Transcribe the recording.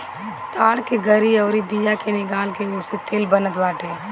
ताड़ की गरी अउरी बिया के निकाल के ओसे तेल बनत बाटे